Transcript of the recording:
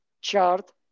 chart